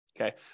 Okay